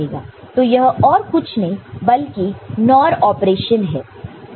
तो यह और कुछ नहीं बल्कि NOR ऑपरेशन है